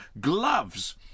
gloves